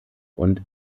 und